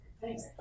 Thanks